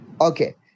Okay